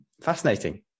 Fascinating